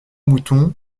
moutons